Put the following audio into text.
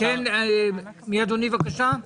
מי אדוני, בבקשה?